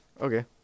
Okay